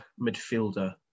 midfielder